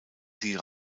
sie